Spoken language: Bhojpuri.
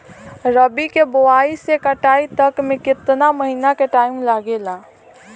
रबी के बोआइ से कटाई तक मे केतना महिना के टाइम लागेला?